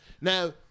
now